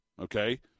Okay